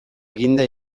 eginda